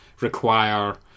require